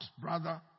brother